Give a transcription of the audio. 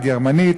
הגרמנית,